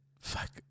Fuck